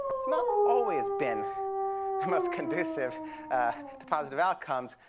it's not always been the most conducive to positive outcomes.